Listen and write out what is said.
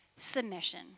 Submission